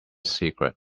secret